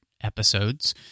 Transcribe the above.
episodes